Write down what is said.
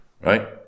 Right